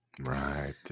Right